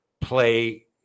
play